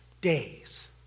days